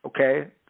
Okay